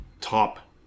top